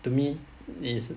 to me is